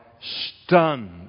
stunned